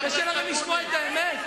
קשה לכם לשמוע את האמת?